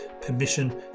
permission